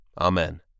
Amen